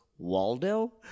Waldo